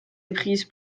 éprise